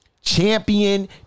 champion